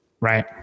Right